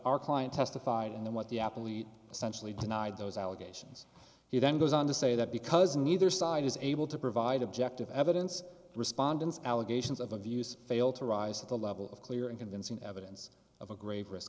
our client testified and then what the apple eat essentially denied those allegations he then goes on to say that because neither side is able to provide objective evidence respondents allegations of abuse fail to rise to the level of clear and convincing evidence of a grave risk